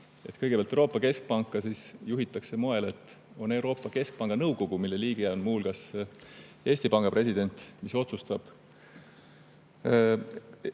Kõigepealt, Euroopa Keskpanka juhitakse nii, et on Euroopa Keskpanga nõukogu, mille liige on muu hulgas Eesti Panga president. Nõukogu otsustab